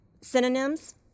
Synonyms